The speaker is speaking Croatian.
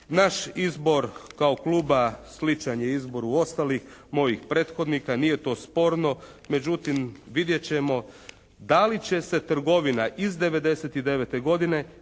Naš izbor kao kluba sličan je izboru ostalih mojih prethodnika, nije to sporno, međutim vidjet ćemo da li će se trgovina iz 99. godine